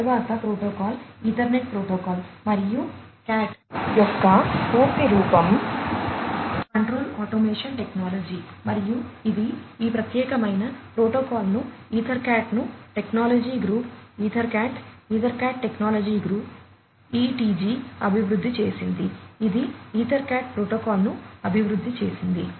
తరువాత protocol EtherCAT protocol మరియు CAT యొక్క పూర్తి రూపం కంట్రోల్ ఆటోమేషన్ టెక్నాలజీ అభివృద్ధి చేసింది ఇది ఈథర్నెట్ క్యాట్ ప్రోటోకాల్ను అభివృద్ధి చేసింది